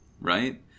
right